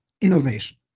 innovation